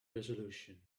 resolution